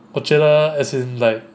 我觉得 as in like